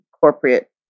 corporate